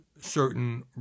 certain